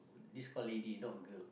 this called lady not girl